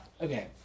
okay